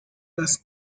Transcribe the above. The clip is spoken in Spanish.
las